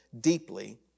deeply